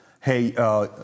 hey